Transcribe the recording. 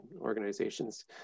organizations